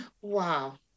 Wow